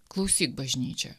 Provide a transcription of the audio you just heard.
klausyk bažnyčia